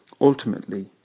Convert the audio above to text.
ultimately